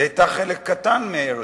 היא היתה חלק קטן מארץ-ישראל.